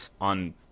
on